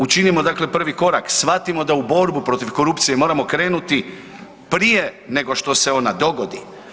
Učinimo dakle prvi korak, shvatimo da u borbu protiv korupcije moramo krenuti prije nego što se ona dogodi.